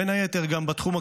ובין היתר בתחום הכלכלי,